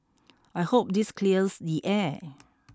I hope this clears the air